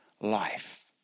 life